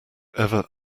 ever